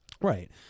Right